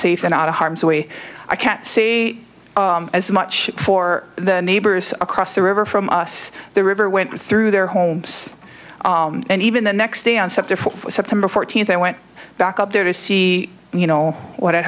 safe and out of harm's way i can't say as much for the neighbors across the river from us the river went through their homes and even the next day on sept fourth september fourteenth i went back up there to see you know what had